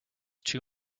too